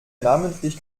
namentlich